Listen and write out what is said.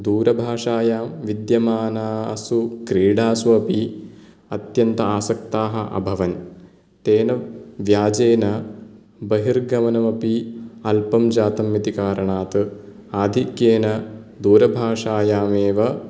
दूरभाषायां विद्यमानासु क्रीडासु अपि अत्यन्त आसक्ताः अभवन् तेन व्याजेन बहिर्गमनमपि अल्पं जातमिति कारणात् आधिक्येन दूरभाषायामेव